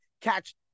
Catch